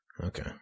Okay